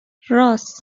رآس